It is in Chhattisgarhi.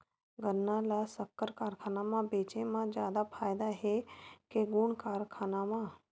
गन्ना ल शक्कर कारखाना म बेचे म जादा फ़ायदा हे के गुण कारखाना म?